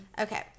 okay